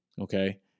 okay